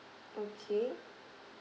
okay